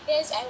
Yes